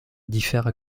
diffère